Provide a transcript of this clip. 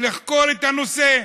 לחקור את הנושא.